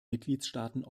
mitgliedstaaten